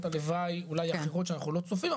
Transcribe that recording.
הלוואי אולי האחרות שאנחנו לא צופים,